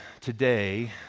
today